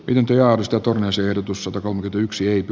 pidentyä arvosteltu myös ehdotus on nyt yksilöity